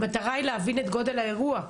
המטרה זה להבין את גודל האירוע.